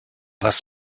was